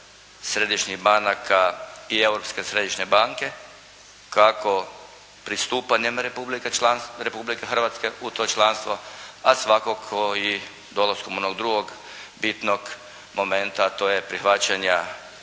središnjih banaka i Europske središnje banke kako pristupanjem Republike Hrvatske u to članstvo. A svakako i dolaskom onog drugog bitnog momenta, a to je prihvaćanja